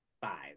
Five